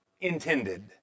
intended